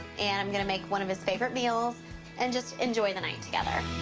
and i'm gonna make one of his favorite meals and just enjoy the night together.